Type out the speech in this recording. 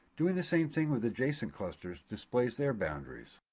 doing the same thing with adjacent clusters displays their boundaries.